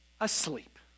Asleep